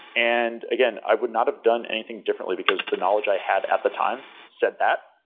and again, i would not have done anything differently, because the knowledge i had at the time said that.